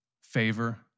Favor